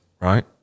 Right